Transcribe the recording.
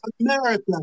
America